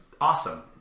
awesome